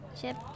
Chips